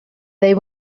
they